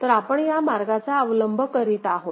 तर आपण या मार्गाचा अवलंब करीत आहोत